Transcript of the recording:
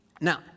Now